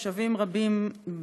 תושבים רבים,